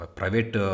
private